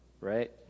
right